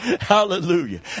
Hallelujah